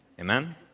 Amen